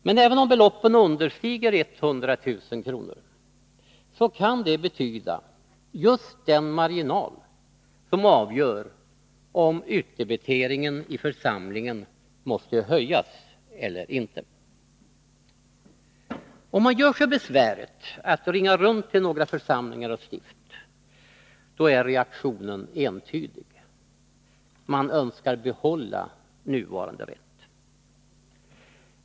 Men även om beloppen understiger 100 000 kr., kan det betyda just den marginal som avgör om utdebiteringen i församlingen måste höjas eller inte. Den som gör sig besväret att ringa runt till några församlingar och stift finner att reaktionen är entydig. De önskar behålla nuvarande rätt.